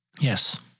Yes